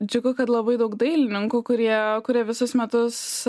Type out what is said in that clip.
džiugu kad labai daug dailininkų kurie kuria visus metus